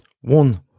one